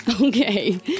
Okay